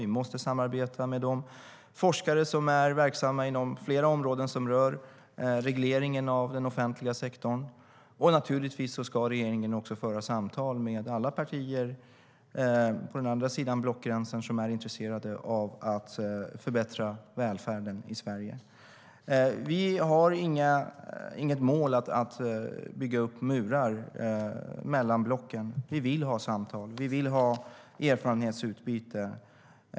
Vi måste samarbeta med de forskare som är verksamma inom flera områden som rör regleringen av den offentliga sektorn. Och naturligtvis ska regeringen också föra samtal med alla partier på den andra sidan av blockgränsen som är intresserade av att förbättra välfärden i Sverige.Vi har inget mål att bygga upp murar mellan blocken. Vi vill ha samtal. Vi vill ha erfarenhetsutbyte.